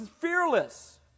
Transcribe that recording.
fearless